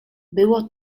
było